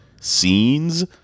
scenes